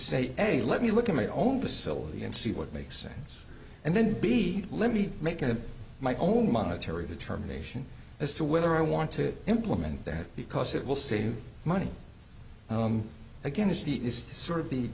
say hey let me look at my own facility and see what makes sense and then be let me make of my own monetary determination as to whether i want to implement that because it will save you money again is the is the sort of the